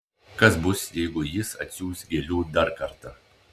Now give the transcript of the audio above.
kas bus jeigu jis atsiųs gėlių dar kartą